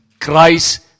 Christ